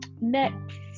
Next